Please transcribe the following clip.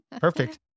Perfect